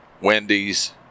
Wendy's